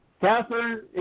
Catherine